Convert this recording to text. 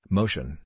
motion